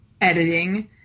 editing